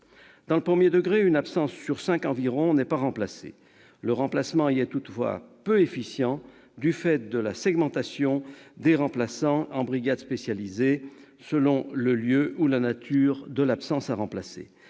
Dans le premier degré, une absence sur cinq environ n'est pas compensée. Le remplacement y est peu efficient, en raison de la segmentation des remplaçants en brigades spécialisées selon le lieu ou la nature de l'absence à pallier.